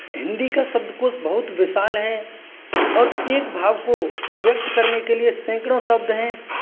हिंदी का शब्दकोष बहुत विशाल है और एक भाव को व्यक्त करने के लिए सैकड़ों शब्द हैं